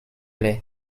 les